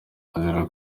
azira